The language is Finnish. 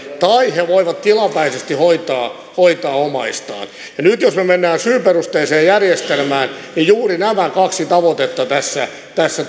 tai he voivat tilapäisesti hoitaa omaistaan ja nyt jos me menemme syyperusteiseen järjestelmään niin juuri nämä kaksi tavoitetta tässä tässä